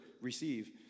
receive